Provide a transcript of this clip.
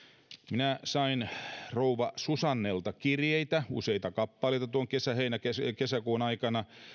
minä sain rouva susannelta kirjeitä useita kappaleita tuon kesäkuun aikana